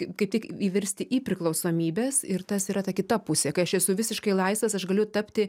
kaip tik įvirsti į priklausomybes ir tas yra ta kita pusė kai aš esu visiškai laisvas aš galiu tapti